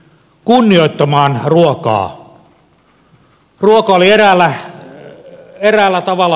ruoka oli eräällä tavalla pyhää